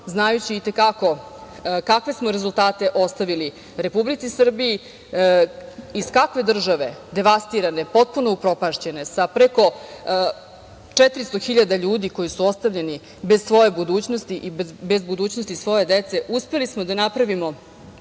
znajući i te kako kakve smo rezultate ostavili Republici Srbiji, iz kakve države, devastirane, potpuno upropaštene, sa preko 400 hiljada ljudi koji su ostavljeni bez svoje budućnosti, bez budućnosti svoje dece, uspeli smo da napravimo